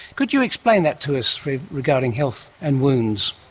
could you explain that to us regarding health and wounds?